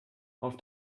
auf